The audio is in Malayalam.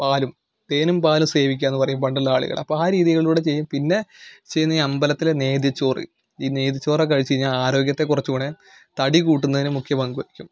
പാലും തേനും പാലും സേവിക്കുക എന്ന് പറയും പണ്ടുള്ള ആളുകൾ അപ്പം ആ രീതികളിലൂടെ ചെയ്യും പിന്നെ ചെയ്യുന്നത് ഈ അമ്പലത്തിലെ നേദ്യച്ചോറ് ഈ നേദ്യച്ചോറ് ഒക്കെ കഴിച്ച് കഴിഞ്ഞാൽ ആരോഗ്യത്തെ കുറച്ചുകൂടെ തടി കൂട്ടുന്നതിന് മുഖ്യ പങ്ക് വഹിക്കും